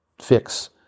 fix